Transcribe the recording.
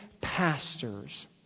pastors